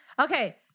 Okay